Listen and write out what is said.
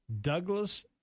Douglas